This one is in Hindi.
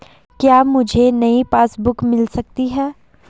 क्या मुझे नयी पासबुक बुक मिल सकती है?